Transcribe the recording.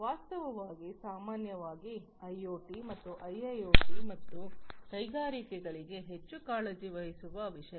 ವಾಸ್ತವವಾಗಿ ಸಾಮಾನ್ಯವಾಗಿ ಐಒಟಿ ಮತ್ತು ಐಐಒಟಿ ಮತ್ತು ಕೈಗಾರಿಕೆಗಳಿಗೆ ಹೆಚ್ಚು ಕಾಳಜಿ ವಹಿಸುವ ವಿಷಯ